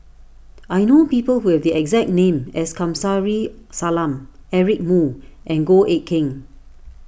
I know people who have the exact name as Kamsari Salam Eric Moo and Goh Eck Kheng